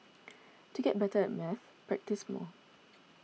to get better at maths practise more